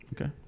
Okay